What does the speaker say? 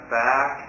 back